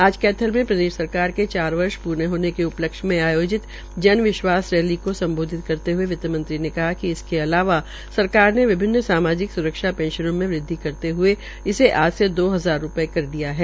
आज कैथल में प्रदेश सरकार के चार वर्ष प्रे होने के उपलक्ष्य में आयोजित जन विश्वास रैली को सम्बोधित करते हुए वित्तमंत्री ने कहा कि इसके अलावा सरकार ने विभिन्न सामाजिक सुरक्षा पेंशनों में वृदवि करते हुए आज से दो हजार रूपये कर दिया है